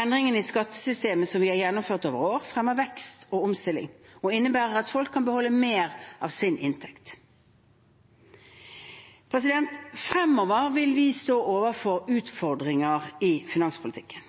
Endringene i skattesystemet som vi har gjennomført over år, fremmer vekst og omstilling og innebærer at folk kan beholde mer av sin inntekt. Fremover vil vi stå overfor utfordringer i finanspolitikken.